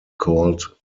called